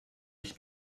ich